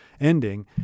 ending